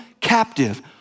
captive